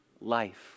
life